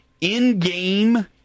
in-game